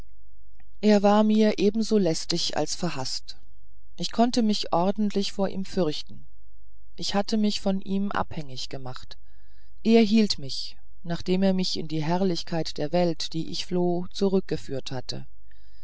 er war mir eben so lästig als verhaßt ich konnte mich ordentlich vor ihm fürchten ich hatte mich von ihm abhängig gemacht er hielt mich nachdem er mich in die herrlichkeit der welt die ich floh zurückgeführt hatte